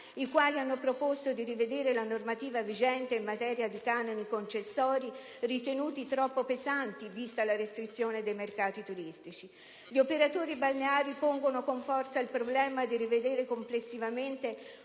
i quali hanno proposto di rivedere la normativa vigente in materia di canoni concessori, ritenuti troppo pesanti vista la restrizione dei mercati turistici. Gli operatori balneari pongono con forza il problema di rivedere complessivamente